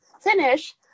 finish